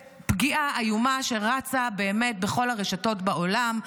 זו פגיעה איומה שרצה באמת בכל הרשתות בעולם,